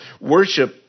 worship